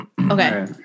Okay